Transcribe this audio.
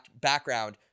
background